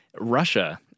Russia